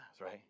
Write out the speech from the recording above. right